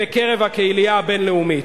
בקרב הקהילייה הבין-לאומית.